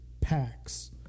packs